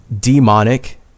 demonic